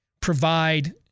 provide